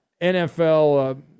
NFL